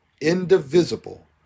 indivisible